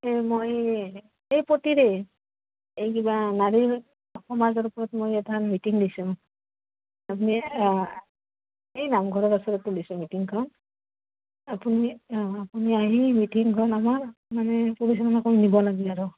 এই মই এই প্ৰতিৰে এই কিবা নাৰীৰ সমাজৰ ওপৰত মই এটা মিটিং দিছোঁ আপুনি এই নামঘৰ মিটিংখন আপুনি অঁ আপুনি আহি মিটিংখন আমাৰ মানে পৰিচালনা কৰি নিব লাগে আৰু